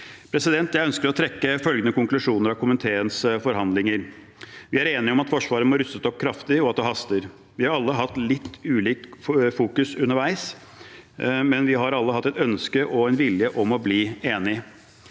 underveis. Jeg ønsker å trekke følgende konklusjoner av komiteens forhandlinger: Vi er enige om at Forsvaret må rustes opp kraftig, og at det haster. Vi har alle hatt litt ulikt fokus underveis, men vi har alle hatt et ønske om og en vilje til å bli enige.